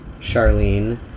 Charlene